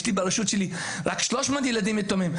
יש לי ברשות שלי רק 300 ילדים יתומים,